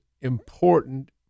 important